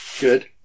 Good